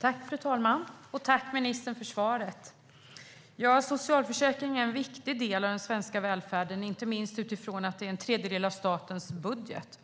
Fru talman! Tack, ministern, för svaret! Socialförsäkringen är en viktig del av den svenska välfärden, inte minst utifrån att en tredjedel av statens budget